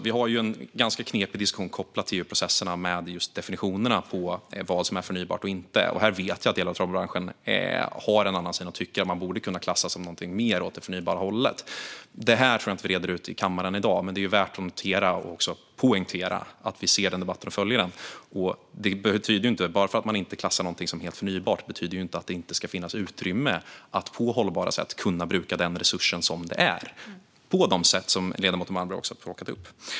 Vi har en ganska knepig diskussion kopplad till EU-processerna när det gäller just definitionerna av vad som är förnybart och inte. Här vet jag att delar av torvbranschen har en annan syn och tycker att man borde kunna klassas som någonting som är mer åt det förnybara hållet. Detta tror jag inte att vi reder ut i kammaren i dag. Men det är värt att notera och poängtera att vi ser denna debatt och följer den. Bara för att man inte klassar en viss sak som helt förnybar betyder det inte att det inte ska finnas utrymme att på hållbara sätt kunna bruka denna resurs på de sätt som ledamoten Malmberg har talat om.